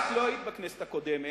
את לא היית בכנסת הקודמת,